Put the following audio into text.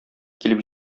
килеп